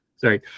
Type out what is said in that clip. Sorry